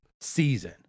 season